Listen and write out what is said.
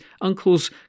uncles